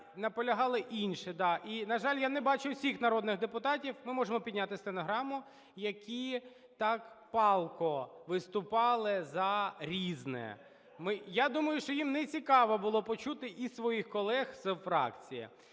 Наполягали інші, да. І, на жаль, я не бачу всіх народних депутатів, ми можемо підняти стенограму, які так палко виступали за "Різне". Ми, я думаю, що їм нецікаво було почути і своїх колег з фракції.